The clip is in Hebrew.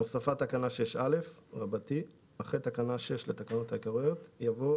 הוספת תקנה 6א 8 אחרי תקנה 6 לתקנות העיקריות יבוא,